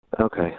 Okay